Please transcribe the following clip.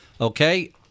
okay